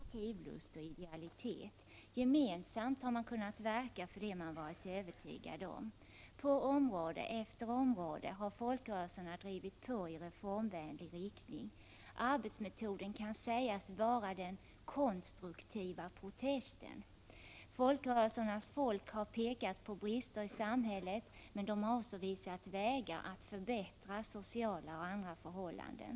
Fru talman! Inte i något annat land har de ideella folkrörelserna varit lika aktiva och spelat samma positiva roll som folkrörelserna i Sverige. Folkrörelserna har betytt mycket för enskilda människors utveckling. Barn, ungdomar och vuxna har i olika föreningar lärt sig att samarbeta. Människor har fått utlopp för sin initiativlust och idealitet. Gemensamt har man kunnat verka för det som man har varit övertygad om. På område efter område har folkrörelserna varit pådrivande i reformvänlig riktning. Arbetsmetoden kan sägas vara den konstruktiva protesten. Folkrörelsernas folk har pekat på brister i samhället. Men man har också visat på nya vägar att förbättra sociala och andra förhållanden.